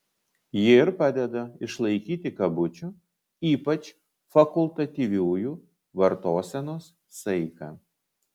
ji ir padeda išlaikyti kabučių ypač fakultatyviųjų vartosenos saiką